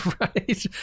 Right